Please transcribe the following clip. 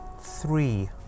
three